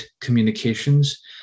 communications